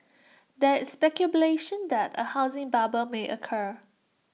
there is speculation that A housing bubble may occur